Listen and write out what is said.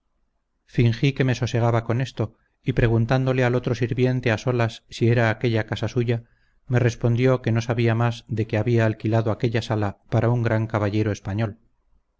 fingí que me sosegaba con eso y preguntándole al otro sirviente a solas si era aquella casa suya me respondió que no sabía más de que había alquilado aquella sala para un gran caballero español